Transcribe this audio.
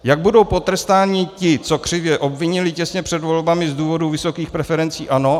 Jak budou potrestáni ti, co ho křivě obvinili těsně před volbami z důvodu vysokých preferencí ANO?